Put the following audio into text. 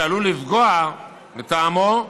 שעלול לפגוע, לטעמו,